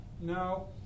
No